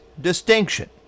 distinction